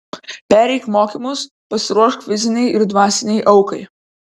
pereik mokymus pasiruošk fizinei ir dvasinei aukai